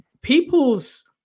People's